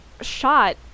shot